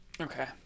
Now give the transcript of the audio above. Okay